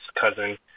cousin